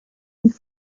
and